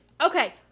Okay